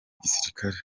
gisirikari